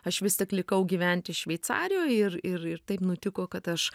aš vis tik likau gyventi šveicarijoj ir ir ir taip nutiko kad aš